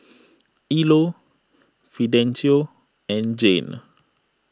Ilo Fidencio and Jane